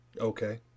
Okay